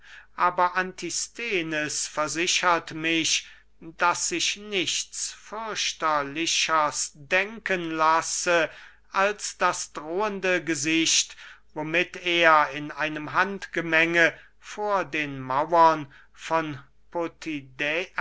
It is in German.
aber antisthenes versichert mich daß sich nichts fürchterlichers denken lasse als das drohende gesicht womit er in einem handgemenge vor den mauern von